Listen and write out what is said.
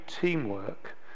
teamwork